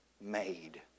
made